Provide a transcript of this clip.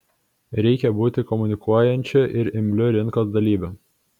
reikia būti komunikuojančiu ir imliu rinkos dalyviu